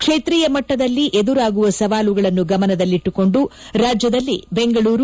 ಕ್ಷೇತ್ರೀಯ ಮಟ್ಟದಲ್ಲಿ ಎದುರಾಗುವ ಸವಾಲುಗಳನ್ನು ಗಮನದಲ್ಲಿಟ್ಟುಕೊಂಡು ರಾಜ್ಯದಲ್ಲಿ ಬೆಂಗಳೂರು